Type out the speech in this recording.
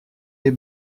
les